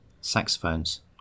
saxophones